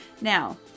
Now